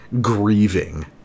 grieving